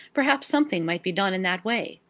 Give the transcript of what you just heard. perhaps something might be done in that way.